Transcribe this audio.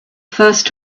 first